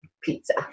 pizza